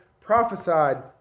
prophesied